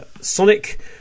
Sonic